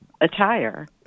attire